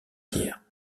pierre